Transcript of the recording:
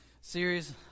series